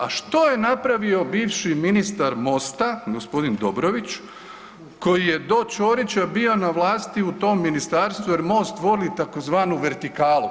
A što je napravio bivši ministar MOST-a, g. Dobrović koji je do Ćorića bio na vlasti u tom ministarstvu jer MOST voli tzv. vertikalu?